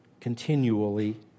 continually